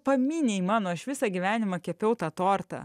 pamynei mano aš visą gyvenimą kepiau tą tortą